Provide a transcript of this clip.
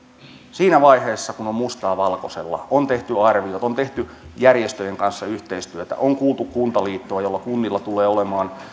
siinä vaiheessa on mustaa valkoisella on tehty arviot on tehty järjestöjen kanssa yhteistyötä on kuultu kuntaliittoa kunnilla tulee olemaan